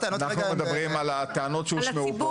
אנחנו מדברים על הטענות שהושמעו פה.